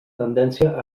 tendència